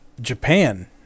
Japan